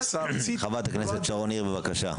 חברת הכנסת שרון ניר, בבקשה.